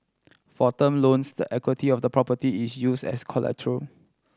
for term loans the equity of the property is use as collateral